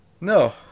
no